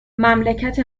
مملکت